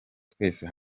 twese